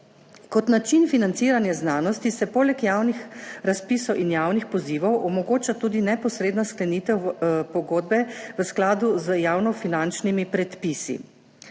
Kot način financiranja znanosti se poleg javnih razpisov in javnih pozivov omogoča tudi neposredna sklenitev pogodbe v skladu z javnofinančnimi predpisi.